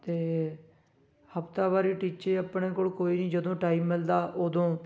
ਅਤੇ ਹਫਤਾਵਾਰੀ ਟੀਚੇ ਆਪਣੇ ਕੋਲ ਕੋਈ ਜਦੋਂ ਟਾਈਮ ਮਿਲਦਾ ਉਦੋਂ